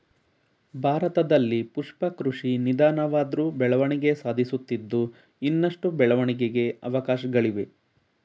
ಭಾರತದಲ್ಲಿ ಪುಷ್ಪ ಕೃಷಿ ನಿಧಾನವಾದ್ರು ಬೆಳವಣಿಗೆ ಸಾಧಿಸುತ್ತಿದ್ದು ಇನ್ನಷ್ಟು ಬೆಳವಣಿಗೆಗೆ ಅವಕಾಶ್ಗಳಿವೆ